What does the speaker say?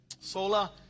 Sola